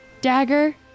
dagger